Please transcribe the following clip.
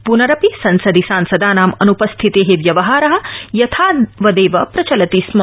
प्नरपि संसदि सांसदानां अन्पस्थिते व्यवहार यथावदेव प्रचलति स्म